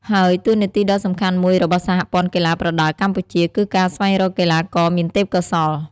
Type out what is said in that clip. ហើយតួនាទីដ៏សំខាន់មួយរបស់សហព័ន្ធកីឡាប្រដាល់កម្ពុជា គឺការស្វែងរកកីឡាករមានទេពកោសល្យ។